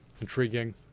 intriguing